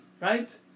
right